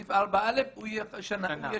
סעיף 4א יהיה שנה.